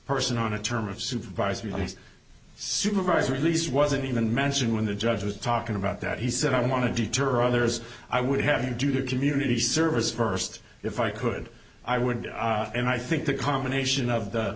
person on a term of supervised release supervised release wasn't even mentioned when the judge was talking about that he said i want to deter others i would have to do community service first if i could i would and i think the combination of the